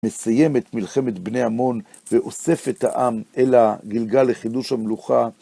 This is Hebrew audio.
מסיים את מלחמת בני עמון ואוסף את העם אל הגילגל לחידוש המלוכה.